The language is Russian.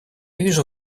вижу